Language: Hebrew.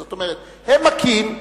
זאת אומרת, הם מכים,